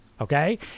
Okay